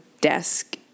desk